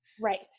right